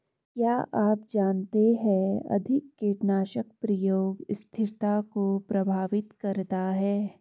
क्या आप जानते है अधिक कीटनाशक प्रयोग स्थिरता को प्रभावित करता है?